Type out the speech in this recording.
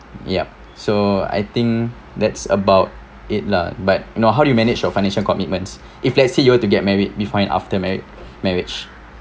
yup so I think that's about it lah but you know how do you manage your financial commitments if let's say you want to get married before and after marry marriage